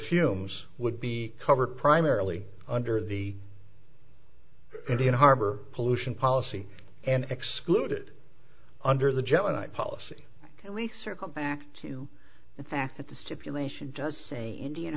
fumes would be covered primarily under the indian harbor pollution policy and excluded under the gemini policy can we circle back to the fact that the stipulation does say indian